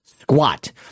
squat